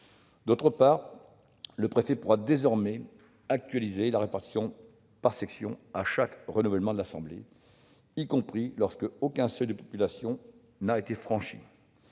D'autre part, le préfet pourra désormais actualiser la répartition par section à chaque renouvellement de l'assemblée, y compris lorsqu'aucun seuil de population n'aura été franchi,